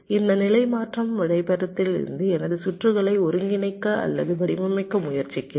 இந்த நிலை மாற்றம் வரைபடத்திலிருந்து எனது சுற்றுகளை ஒருங்கிணைக்க அல்லது வடிவமைக்க முயற்சிக்கிறோம்